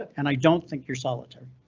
and i don't think your solitary.